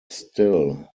still